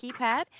keypad